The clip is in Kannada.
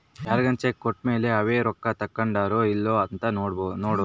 ಯಾರ್ಗನ ಚೆಕ್ ಕೋಟ್ಮೇಲೇ ಅವೆ ರೊಕ್ಕ ತಕ್ಕೊಂಡಾರೊ ಇಲ್ಲೊ ಅಂತ ನೋಡೋದು